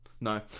no